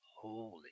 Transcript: holy